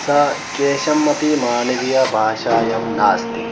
सः केषामपि मानवीयभाषायां नास्ति